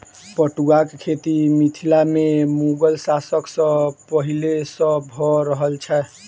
पटुआक खेती मिथिला मे मुगल शासन सॅ पहिले सॅ भ रहल छै